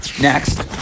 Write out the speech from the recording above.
Next